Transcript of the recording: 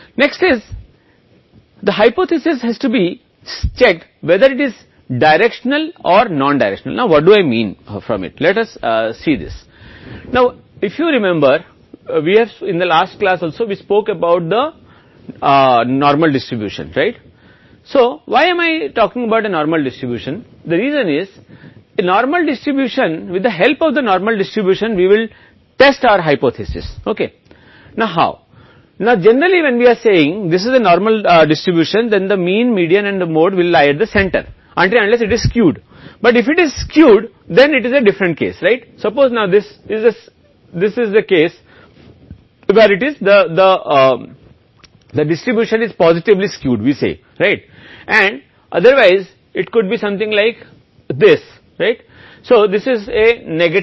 और अधिक आप प्रभावी जानते हैं कि आप तार्किक सही समझ सकते हैं तो एक और सही फिर दूसरा सांख्यिकीय उपाय के माध्यम से परीक्षण किया जा सकता है अगले परिकल्पना क्या यह दिशात्मक है या गैर दिशात्मक है अब इसका क्या मतलब है कि हमारे पास अंतिम श्रेणी में है हमने सामान्य वितरण के बारे में भी बात की थी इसलिए मैं एक सामान्य वितरण के बारे में बात कर रहा हूं इसका कारण सामान्य वितरण में हम अपनी परिकल्पना का परीक्षण करेंगे